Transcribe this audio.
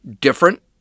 different